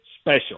special